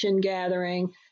gathering